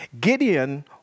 Gideon